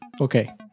Okay